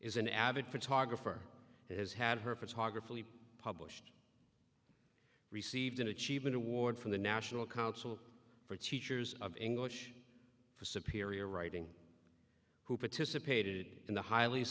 is an avid photographer has had her photography pop received an achievement award from the national council for teachers of english for superior writing who participated in the highly